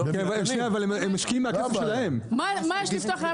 מה יש לפתוח?